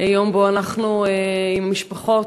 יום שבו אנחנו עם המשפחות,